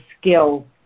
skill